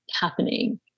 happening